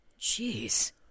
Jeez